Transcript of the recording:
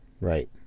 Right